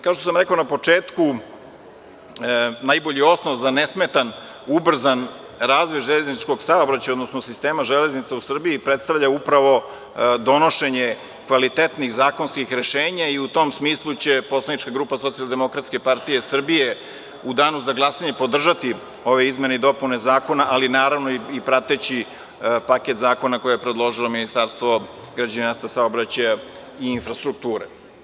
Kao što sam rekao na početku, najbolji osnov za nesmetan, ubrzan razvoj železničkog saobraćaja, odnosno sistema železnica u Srbiji, predstavlja upravo donošenje kvalitetnih zakonskih rešenja i u tom smislu će Poslanička grupa SDPS, u Danu za glasanje, podržati ove izmene i dopune zakona, ali naravno i prateći paket zakona koje je predložilo Ministarstvo građevinarstva, saobraćaja i infrastrukture.